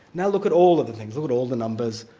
now look at all of the things, look at all the numbers,